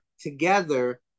together